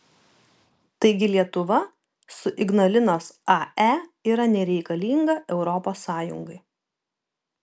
taigi lietuva su ignalinos ae yra nereikalinga europos sąjungai